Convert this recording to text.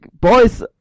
boys